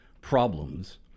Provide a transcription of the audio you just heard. problems